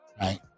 right